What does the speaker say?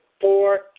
four